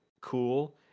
cool